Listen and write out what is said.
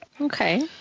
Okay